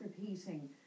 repeating